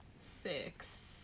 six